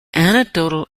anecdotal